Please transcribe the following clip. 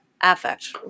affect